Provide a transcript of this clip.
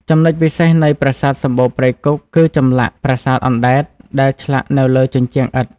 ចំណុចពិសេសនៃប្រាសាទសំបូរព្រៃគុក គឺចម្លាក់ "ប្រាសាទអណ្តែត" ដែលឆ្លាក់នៅលើជញ្ជាំងឥដ្ឋ។